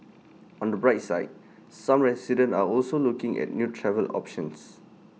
on the bright side some residents are also looking at new travel options